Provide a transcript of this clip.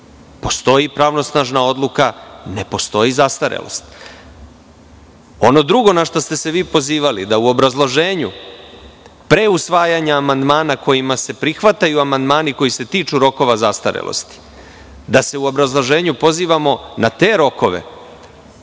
Postoji pravnosnažna odluka, ne postoji zastarelost. Ono drugo na šta ste se vi pozivali, da u obrazloženju, pre usvajanja amandmana kojima se prihvataju amandmani koji se tiču rokova zastarelosti, da se u obrazloženju pozivamo na te rokove,